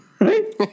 Right